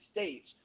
States